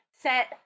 set